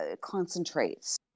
concentrates